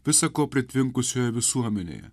visa ko pritvinkusioje visuomenėje